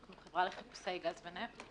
אנחנו חברה לחיפושי גז ונפט.